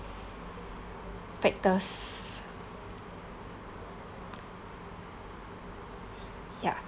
factors ya